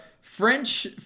French